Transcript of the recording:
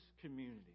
community